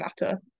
matter